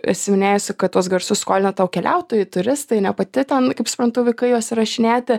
esi minėjusi kad tuos garsus skolina tau keliautojai turistai ne pati ten kaip suprantu vykai juos įrašinėti